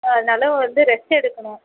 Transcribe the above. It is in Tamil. ஆ நல்லா வந்து ரெஸ்ட் எடுக்கணும்